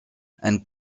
and